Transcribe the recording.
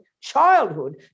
childhood